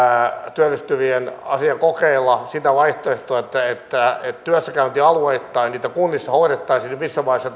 työllistyvien asiassa kokeilla sitä vaihtoehtoa että että työssäkäyntialueittain niitä kunnissa hoidettaisiin niin missä vaiheessa